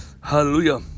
Hallelujah